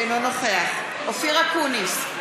אינו נוכח אופיר אקוניס,